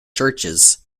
churches